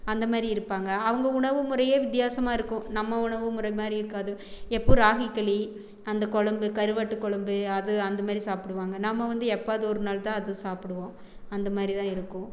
அந்த மாதிரி இருப்பாங்க அவங்க உணவு முறையே வித்தியாசமாக இருக்கும் நம்ம உணவு முறை மாதிரி இருக்காது எப்பவும் ராகி களி அந்த குழம்பு கருவாட்டு குழம்பு அது அந்த மாதிரி சாப்பிடுவாங்க நம்ம வந்து எப்பாவது ஒரு நாள் தான் அது சாப்பிடுவோம் அந்த மாதிரி தான் இருக்கும்